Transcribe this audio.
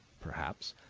perhaps,